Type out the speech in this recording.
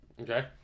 Okay